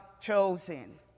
chosen